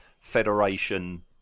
Federation